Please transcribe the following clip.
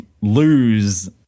Lose